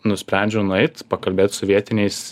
nusprendžiau nueit pakalbėt su vietiniais